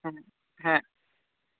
ᱦᱮᱸ ᱦᱮᱸ